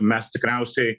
mes tikriausiai